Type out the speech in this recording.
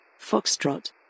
Foxtrot